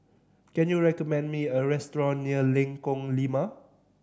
can you recommend me a restaurant near Lengkong Lima